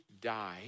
die